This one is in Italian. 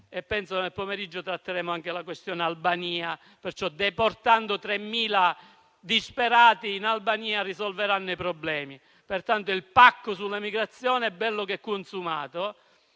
Nel pomeriggio tratteremo anche la questione Albania: deportando 3.000 disperati in Albania, risolveranno i problemi. Pertanto, il pacco sulla migrazione è bello che consumato.